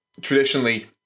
traditionally